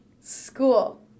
School